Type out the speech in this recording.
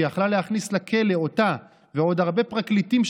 שיכלה להכניס לכלא אותה ועוד הרבה פרקליטים,